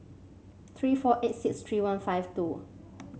three four eight six three one five two